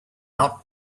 out